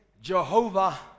jehovah